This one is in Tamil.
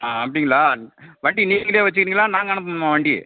ஆ அப்படிங்களா வண்டி நீங்களே வச்சுக்கிறீங்களா நாங்களே அனுப்பணுமா வண்டி